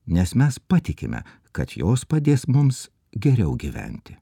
nes mes patikime kad jos padės mums geriau gyventi